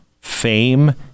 fame